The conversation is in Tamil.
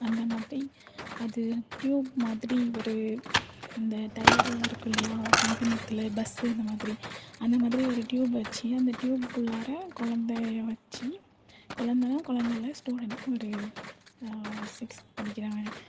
அந்த மாதிரி அது ட்யூப் மாதிரி ஒரு அந்த டையர்லாம் இருக்கும் இல்லையா வாகனத்தில் பஸ்ஸு இந்த மாதிரி அந்த மாதிரி ஒரு ட்யூப் வச்சு அந்த ட்யூப் உள்ளாற கொழந்தய வச்சு கொழந்தனா கொழந்த இல்லை ஸ்டூடெண்ட் ஒரு சிக்ஸ்த் படிக்கிறவன்